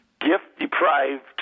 gift-deprived